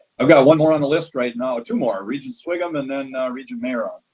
i've got one more on the list right now, two more, regents sviggum and then regent mayeron.